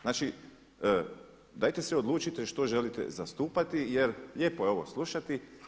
Znači, dajte se odlučite što želite zastupati, jer lijepo je ovo slušati.